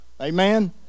Amen